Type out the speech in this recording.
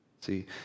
See